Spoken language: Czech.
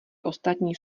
ostatní